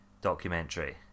documentary